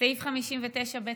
סעיף 59(ב1)